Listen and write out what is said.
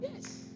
Yes